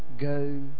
go